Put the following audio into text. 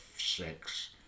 six